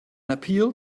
appeal